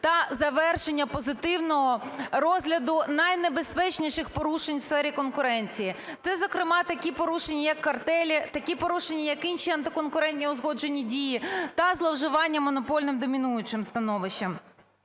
та завершення позитивного розгляду найнебезпечніших порушень в сфері конкуренції. Це, зокрема, такі порушення, як картелі, такі порушення, як інші антиконкурентні узгоджені дії, та зловживання монопольним домінуючим становищем.